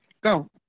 Go